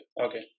Okay